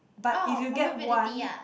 ah probability ah